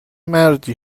مردی